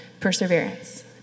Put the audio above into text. perseverance